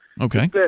Okay